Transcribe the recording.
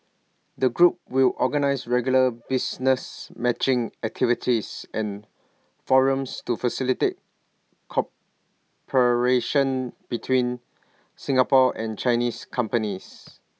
the group will organise regular business matching activities and forums to facilitate cooperation between Singapore and Chinese companies